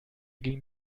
ging